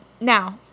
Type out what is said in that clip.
Now